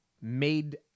made